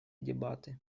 дебаты